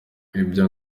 ibyo